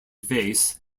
vase